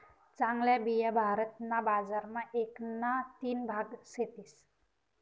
चांगल्या बिया भारत ना बजार मा एक ना तीन भाग सेतीस